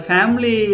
Family